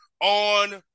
on